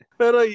pero